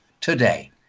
today